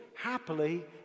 happily